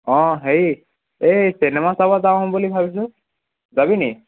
অঁ হেৰি এই চিনেমা চাব যাওঁ বুলি ভাবিছোঁ যাবি নি